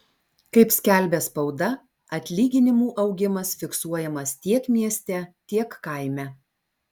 kaip skelbia spauda atlyginimų augimas fiksuojamas tiek mieste tiek kaime